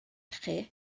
chi